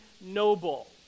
noble